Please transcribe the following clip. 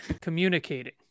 communicating